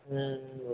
okay sir